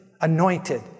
anointed